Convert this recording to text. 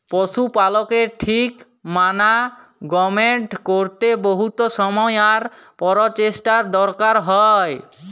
পশু পালকের ঠিক মানাগমেন্ট ক্যরতে বহুত সময় আর পরচেষ্টার দরকার হ্যয়